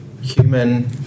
human